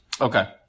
Okay